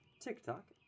TikTok